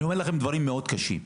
אני אומר לכם דברים מאוד קשים,